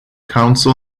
council